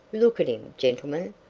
look at him, gentlemen,